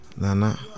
Nana